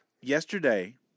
Yesterday